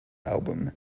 album